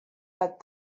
but